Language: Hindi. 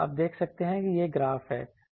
आप देख सकते हैं यह ग्राफ है